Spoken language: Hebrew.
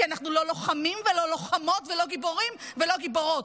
כי אנחנו לא לוחמים ולא לוחמות ולא גיבורים ולא גיבורות.